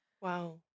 Wow